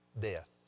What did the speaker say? death